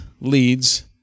leads